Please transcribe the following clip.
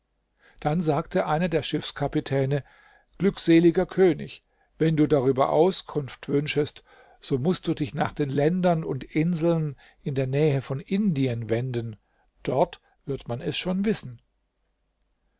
dann sagte einer der schiffskapitäne glückseliger könig wenn du darüber auskunft wünschest so mußt du dich nach den ländern und inseln in der nähe von indien wenden dort wird man es schon wissen